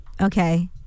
Okay